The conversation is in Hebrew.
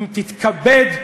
תתכבד,